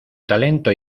talento